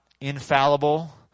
infallible